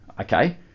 okay